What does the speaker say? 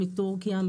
מתורכיה,